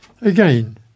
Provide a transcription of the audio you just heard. Again